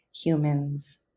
humans